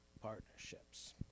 partnerships